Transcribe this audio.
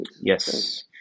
Yes